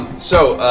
so